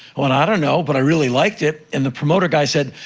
went, i don't know, but i really liked it. and the promoter guy said,